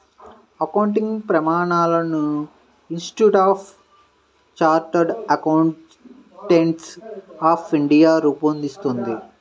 accounting ప్రమాణాలను institute of chartered accountants of India రూపొందిస్తుంది